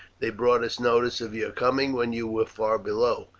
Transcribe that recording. they brought us notice of your coming when you were far below,